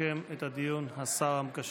יסכם את הדיון השר המקשר.